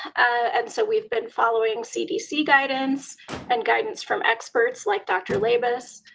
and so we've been following cdc guidance and guidance from experts like dr. labus,